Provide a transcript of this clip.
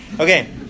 Okay